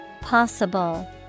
possible